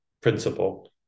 principle